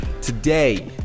Today